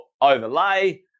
overlay